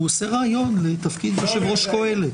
הוא עושה ריאיון לתפקיד יושב ראש קהלת.